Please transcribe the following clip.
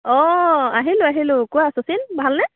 অঁ আহিলোঁ আহিলোঁ কোৱা শচীন ভালনে